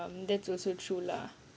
um that's also true lah